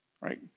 right